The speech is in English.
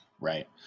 Right